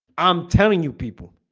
i'm ten new people